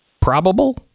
Probable